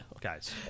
Guys